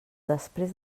després